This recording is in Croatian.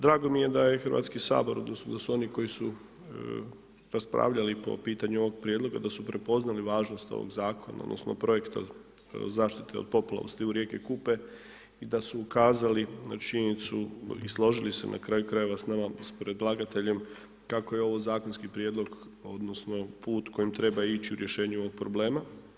Drago mi je da je Hrvatski sabor odnosno a su oni koji su raspravljali po pitanju ovog prijedloga da su prepoznali važnost ovog zakona odnosno projekta zaštite od poplava u slivu rijeke Kupe i da su ukazali na činjenicu i složili se na kraju krajeva s nama, s predlagateljem kako je ovo zakonski prijedlog odnosno put kojim treba ići u rješenje ovog problema.